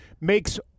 makes